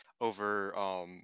over